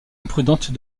imprudente